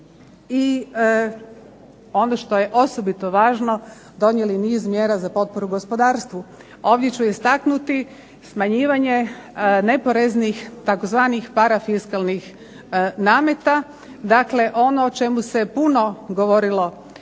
i ono što je osobito važno donijeli niz mjera za potporu gospodarstvu. Ovdje ću istaknuti smanjivanje neporeznih tzv. parafiskalnih nameta. Dakle, ono o čemu se puno govorilo